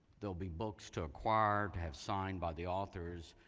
they'll be books to acquire, have signed by the authors,